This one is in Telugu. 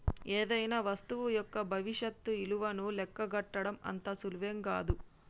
ఏదైనా వస్తువు యొక్క భవిష్యత్తు ఇలువను లెక్కగట్టడం అంత సులువేం గాదు